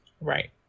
Right